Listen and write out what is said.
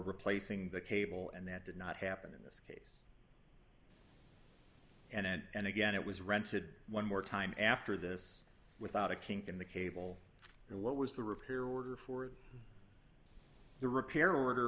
replacing the cable and that did not happen in this and again it was rented one more time after this without a kink in the cable and what was the repair order for the repair order